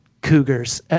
cougars